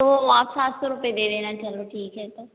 तो आप सात सौ रुपये दे देना चलो ठीक है तो